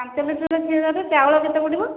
ପାଞ୍ଚ ଲିଟର କ୍ଷୀର ହେଲେ ଚାଉଳ କେତେ ପଡ଼ିବ